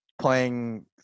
Playing